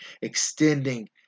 extending